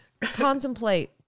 Contemplate